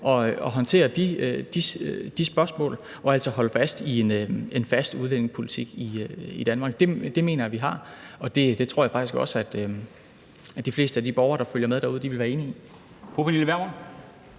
og håndtere de spørgsmål og altså holde fast i en fast udlændingepolitik i Danmark. Det mener jeg at vi har, og det tror jeg faktisk også at de fleste af de borgere, der følger med derude, vil være enige i.